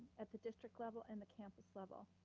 at the district level and the campus level.